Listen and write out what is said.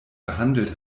behandelt